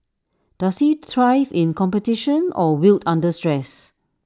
does he thrive in competition or wilt under stress